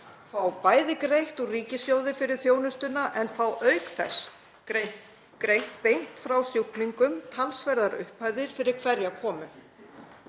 fá greitt úr ríkissjóði fyrir þjónustuna en fá auk þess greitt beint frá sjúklingum talsverðar upphæðir fyrir hverja komu?